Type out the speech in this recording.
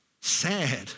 sad